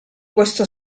questo